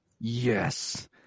yes